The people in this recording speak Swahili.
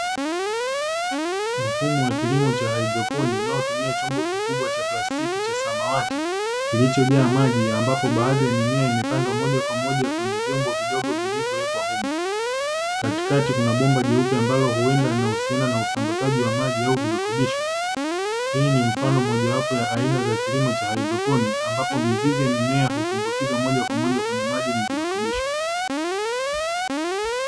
Mfumo wa kilimo cha hydroponic unaotumia chombo kikubwa cha plastiki cha samawati kilichojaa maji ambapo baadhi ya mimea imepandwa moja kwa moja kwenye vyombo vidogo vilivyowekwa humu katikati kuna bomba jeupe ambalo huenda linahusiana na usambazaji wa mali au virutubisho hii ni mfano mojawapo ya aina za kilimo cha hydroponic ambapo mizizi ya mimea utumbukiza moja kwa moja kwenye maji ni virutubisho